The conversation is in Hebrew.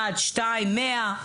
אחד, שניים, מאה.